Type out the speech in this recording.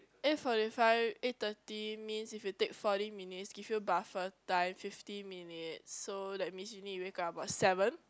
eight forty five eight thirty means if you take forty minutes give you buffer time fifty minutes so that means you need to wake up about seven